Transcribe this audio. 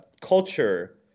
culture